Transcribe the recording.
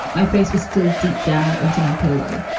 my face was still deep down into my pillow.